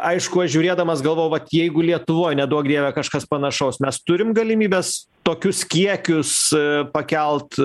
aišku aš žiūrėdamas galvojau vat jeigu lietuvoj neduok dieve kažkas panašaus mes turim galimybes tokius kiekius pakelt